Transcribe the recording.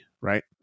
Right